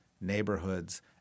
neighborhoods